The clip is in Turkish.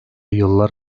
yıllar